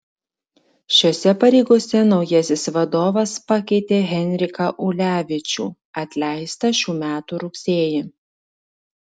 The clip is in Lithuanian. šiose pareigose naujasis vadovas pakeitė henriką ulevičių atleistą šių metų rugsėjį